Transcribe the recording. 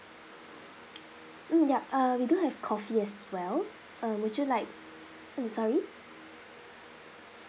mm ya uh we do have coffee as well uh would you like mm sorry